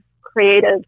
creative